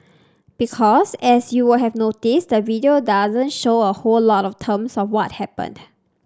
because as you would have noticed the video doesn't show a whole lot of terms of what happened